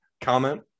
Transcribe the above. comment